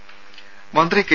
ദര മന്ത്രി കെ